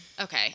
Okay